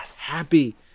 happy